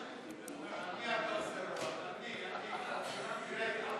18), התשע"ז 2017, נתקבל.